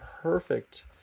perfect